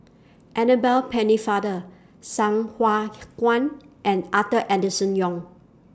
Annabel Pennefather Sai Hua Kuan and Arthur Enderson Young